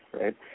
right